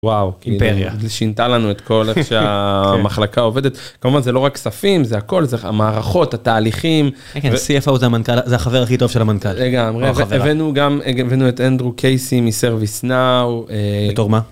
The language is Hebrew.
וואו אימפריה שינתה לנו את כל איך שהמחלקה עובדת. כמובן זה לא רק כספים זה הכל זה המערכות התהליכים. כן, כן CFO זה המנכ.. זה החבר הכי טוב של המנכ״ל. לגמרי.. הבאנו גם, הבאנו גם את אנדרו קייסי מservice-now. אה.. בתור מה?